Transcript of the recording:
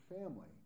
family